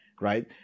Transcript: right